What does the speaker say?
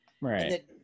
Right